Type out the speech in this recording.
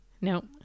no